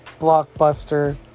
blockbuster